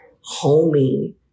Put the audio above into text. homey